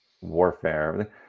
warfare –